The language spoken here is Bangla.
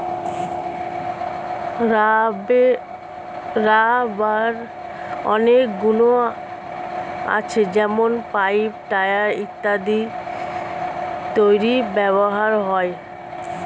রাবারের অনেক গুন আছে যেমন পাইপ, টায়র ইত্যাদি তৈরিতে ব্যবহৃত হয়